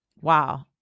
Wow